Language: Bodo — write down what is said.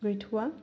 गैथ'आ